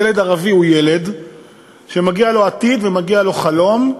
ילד ערבי הוא ילד שמגיע לו עתיד, ומגיע לו חלום,